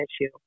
issue